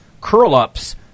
curl-ups